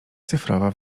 cyfrowa